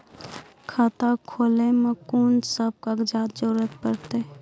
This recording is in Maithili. खाता खोलै मे कून सब कागजात जरूरत परतै?